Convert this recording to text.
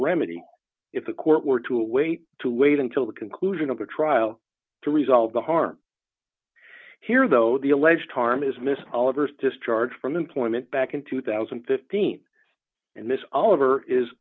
remedy if the court were to wait to wait until the conclusion of the trial to resolve the harm here though the alleged harm is missing all of us discharged from employment back in two thousand and fifteen and this oliver is